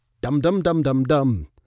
Dum-dum-dum-dum-dum